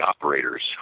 operators